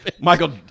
Michael